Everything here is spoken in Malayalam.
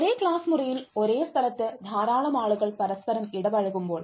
ഒരേ ക്ലാസ് മുറിയിൽ ഒരേ സ്ഥലത്ത് ധാരാളം ആളുകൾ പരസ്പരം ഇടപഴകുമ്പോൾ